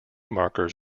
markers